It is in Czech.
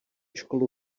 školu